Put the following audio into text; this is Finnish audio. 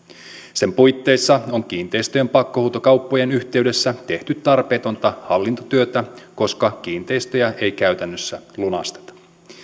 sen puitteissa on kiinteistöjen pakkohuutokauppojen yhteydessä tehty tarpeetonta hallintotyötä koska kiinteistöjä ei käytännössä lunasteta